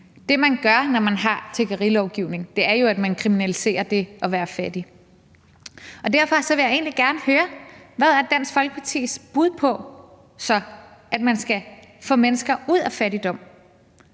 det, man gør, når man har en tiggerilovgivning, jo, at man kriminaliserer det at være fattig. Derfor vil jeg egentlig gerne høre: Hvad er så Dansk Folkepartis bud på, at man skal få mennesker ud af fattigdom?